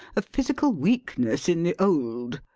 of physical weakness in the old.